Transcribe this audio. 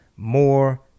more